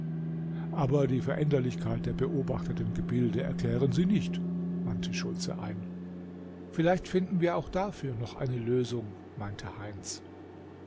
aber die veränderlichkeit der beobachteten gebilde erklären sie nicht wandte schultze ein vielleicht finden wir auch dafür noch eine lösung meinte heinz